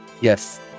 Yes